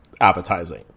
appetizing